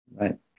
Right